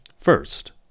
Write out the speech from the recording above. First